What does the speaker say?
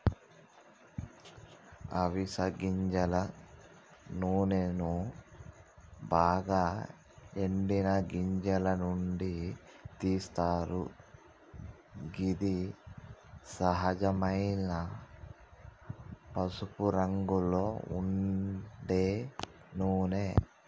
అవిస గింజల నూనెను బాగ ఎండిన గింజల నుండి తీస్తరు గిది సహజమైన పసుపురంగులో ఉండే నూనె